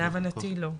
להבנתי, לא.